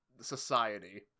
society